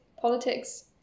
politics